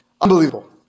Unbelievable